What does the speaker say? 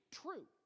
true